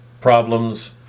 problems